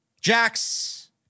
Jax